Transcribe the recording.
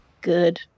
Good